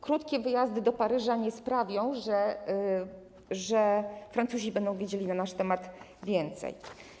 Krótkie wyjazdy do Paryża nie sprawią, że Francuzi będą wiedzieli na nasz temat więcej.